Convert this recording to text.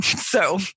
So-